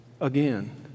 again